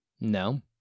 No